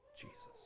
Jesus